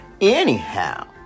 anyhow